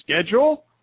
schedule